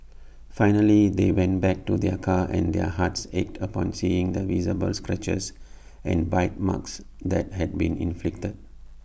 finally they went back to their car and their hearts ached upon seeing the visible scratches and bite marks that had been inflicted